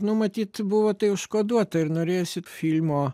nu matyt buvo tai užkoduota ir norėjosi filmo